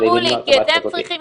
ישירים השנה כדי למנוע את המצב הזה.